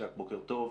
צ'אק, בוקר טוב.